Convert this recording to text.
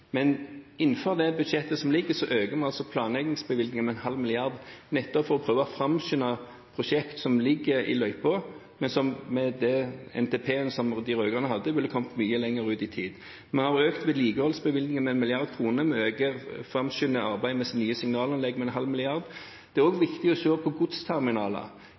Men innenfor det budsjettet som foreligger, øker vi planleggingsbevilgningene med 0,5 mrd. kr nettopp for å prøve å framskynde prosjekt som ligger i løypa, men som med den NTP-en som de rød-grønne hadde, hadde kommet mye lenger ut i tid. Vi har økt vedlikeholdsbevilgningene med 1 mrd. kr. Vi framskynder arbeidet med nye signalanlegg med 0,5 mrd. kr. Det er også viktig å se på godsterminaler.